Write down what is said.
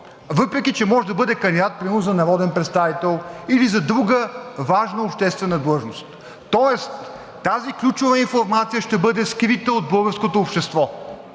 въпреки че може да бъде кандидат примерно за народен представител или за друга важна обществена длъжност. Тоест тази ключова информация ще бъде скрита от българското общество.